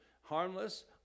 harmless